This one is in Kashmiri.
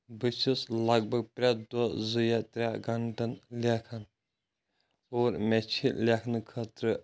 بہٕ چھُس لَگ بَگ پرٛٮ۪تھ دۄہ زٕ یا ترٛے گَنٛٹَن لیکھان اور مے چھِ لیکھنہٕ خٲطرٕ